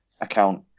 account